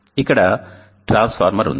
ఇక్కడ ట్రాన్స్ఫార్మర్ ఉంది